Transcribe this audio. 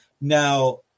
now